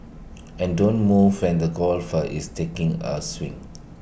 and don't move when the golfer is taking A swing